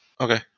Okay